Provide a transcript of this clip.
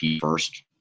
first